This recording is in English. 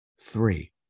Three